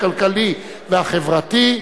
הכלכלי והחברתי,